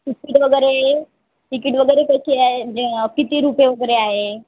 ticket वगैरे ticket वगैरे कशी आहे जे किती रुपये वगैरे आहे